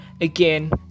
again